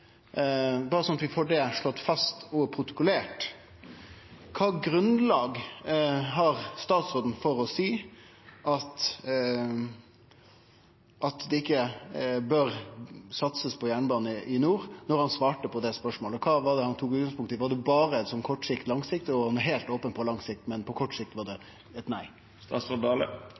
berre så vi får slått det fast og protokollert: Kva grunnlag har statsråden for å seie at det ikkje bør satsast på jernbane i nord? Kva var det han tok utgangspunkt i da han svarte på det spørsmålet? Var det berre kort sikt / lang sikt – at han var heilt open på lang sikt, men på kort sikt var det eit nei?